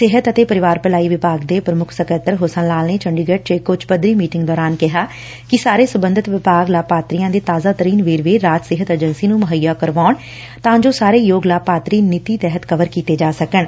ਸਿਹਤ ਅਤੇ ਪਰਿਵਾਰ ਭਲਾਈ ਵਿਭਾਗ ਦੇ ਪ੍ਮੁੱਖ ਸਕੱਤਰ ਹੁਸਨ ਲਾਲ ਨੇ ਚੰਡੀਗੜੁ ਚ ਇੱਕ ਉੱਚ ਪੱਧਰੀ ਮੀਟਿੰਗ ਦੌਰਾਨ ਕਿਹਾ ਕਿ ਸਾਰੇ ਸਬੰਧਤ ਵਿਭਾਗ ਲਾਭਪਾਤਰੀਆਂ ਦੇ ਤਾਜਾ ਤਰੀਨ ਵੇਰਵੇ ਰਾਜ ਸਿਹਤ ਏਜੰਸੀ ਨੂੰ ਮੁਹੱਈਆ ਕਰਵਾਉਣ ਤਾਂ ਜੋ ਸਾਰੇ ਯੋਗ ਲਾਭਪਾਤਰੀ ਨੀਤੀ ਤਹਿਤ ਕਵਰ ਕੀਤੇ ਜਾ ਸਕਣ